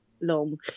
long